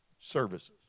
services